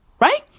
Right